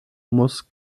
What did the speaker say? muss